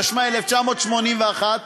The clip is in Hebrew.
התשמ"א 1981,